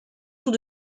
tout